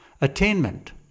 attainment